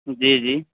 جی جی